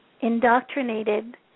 indoctrinated